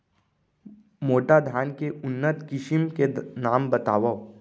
मोटा धान के उन्नत किसिम के नाम बतावव?